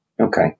Okay